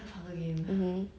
on Netflix